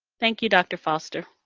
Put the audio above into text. thank you, dr. foster.